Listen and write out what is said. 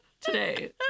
today